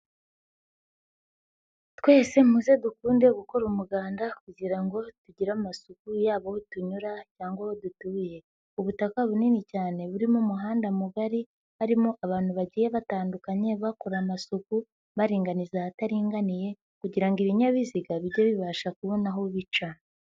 Twese muze dukunde gukora umuganda kugira ngo tugire amasuku yaba aho tunyura cyangwa aho dutuye. Ubutaka bunini cyane burimo umuhanda mugari harimo abantu bagiye batandukanye bakora amasuku baringaniza ahataringaniye kugira ngo ibinyabiziga bijye bibasha kubona aho bica.